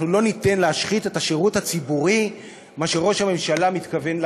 אנחנו לא ניתן להשחית את השירות הציבורי כפי שראש הממשלה מתכוון.